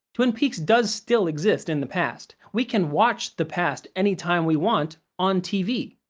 twin peaks does still exist in the past. we can watch the past any time we want on tv.